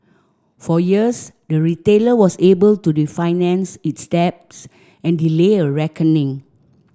for years the retailer was able to refinance its debts and delay a reckoning